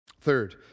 Third